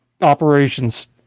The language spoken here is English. operations